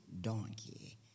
donkey